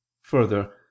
Further